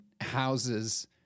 houses